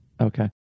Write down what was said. Okay